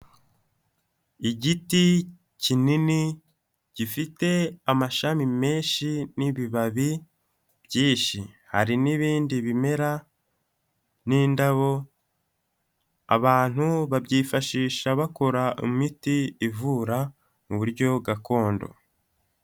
Igiti kinini gifite amashami menshi n'ibibabi byinshi, hari n'ibindi bimera n'indabo, abantu babyifashisha bakora imiti ivura mu buryo gakondo.